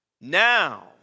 Now